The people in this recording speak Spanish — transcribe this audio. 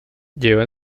lleva